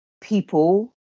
people